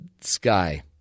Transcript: sky